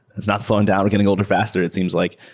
it's not slowing down. we're getting older faster it seems like,